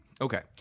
Okay